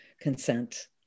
consent